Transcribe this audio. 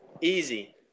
Easy